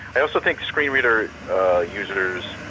i also think screen reader users